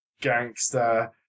gangster